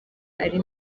ari